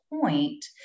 point